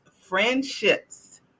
friendships